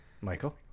Michael